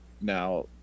now